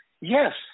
yes